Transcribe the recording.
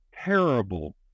terrible